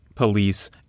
police